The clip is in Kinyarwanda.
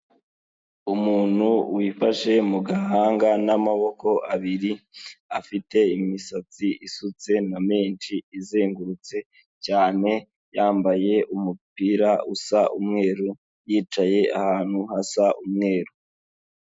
Umuntu wifashe mu gahanga n'amaboko abiri afite imisatsi isutse na menshi izengurutse cyane yambaye umupira usa umweru, yicaye ahantu hasa umweru.